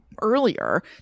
earlier